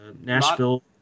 Nashville